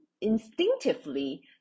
instinctively